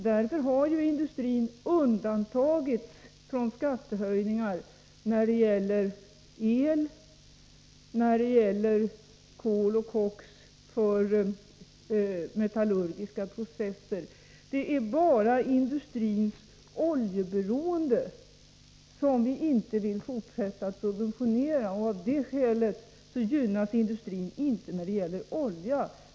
Därför har ju industrin undantagits från skattehöjningar när det gäller el samt när det gäller kol och koks för metallurgiska processer. Det är bara industrins oljeberoende som vi inte vill fortsätta att subventionera. Av det skälet gynnas inte industrin när det gäller olja.